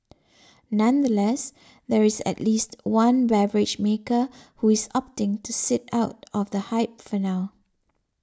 nonetheless there is at least one beverage maker who is opting to sit out of the hype for now